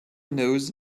knows